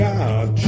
God